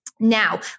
Now